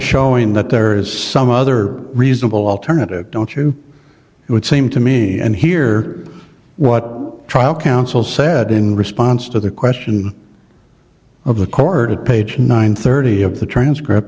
showing that there is some other reasonable alternative don't you it would seem to me and hear what trial counsel said in response to the question of the court at page nine thirty of the transcript